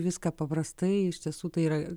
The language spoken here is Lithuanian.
viską paprastai iš tiesų tai yra